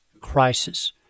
crisis